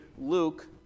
Luke